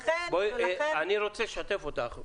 אני רוצה לשתף אותך.